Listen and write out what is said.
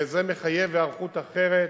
וזה מחייב היערכות אחרת,